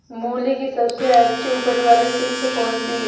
मूली की सबसे अच्छी उपज वाली किश्त कौन सी है?